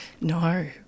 No